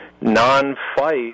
non-fight